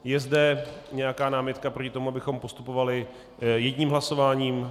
Je zde nějaká námitka proti tomu, abychom postupovali jedním hlasováním?